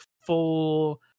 full